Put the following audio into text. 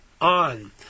on